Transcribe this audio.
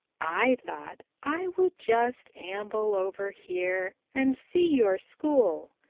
i thought i would just amble over here and see your school.